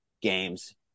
games